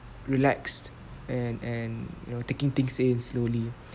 relaxed and and you know taking things in slowly